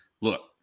Look